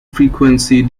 frequency